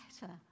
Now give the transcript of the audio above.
better